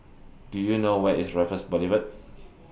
Do YOU know Where IS Raffles Boulevard